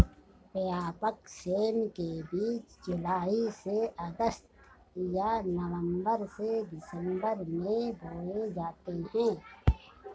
व्यापक सेम के बीज जुलाई से अगस्त या नवंबर से दिसंबर में बोए जाते हैं